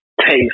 taste